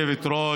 אנחנו כעת עוברים